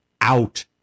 out